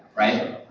right?